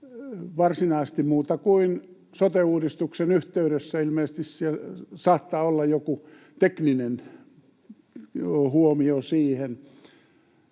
varsinaisesti muutoin kuin sote-uudistuksen yhteydessä — ilmeisesti saattaa olla joku tekninen huomio siihen.